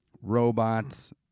robots